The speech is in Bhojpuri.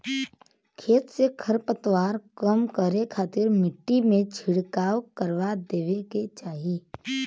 खेत से खरपतवार कम करे खातिर मट्टी में छिड़काव करवा देवे के चाही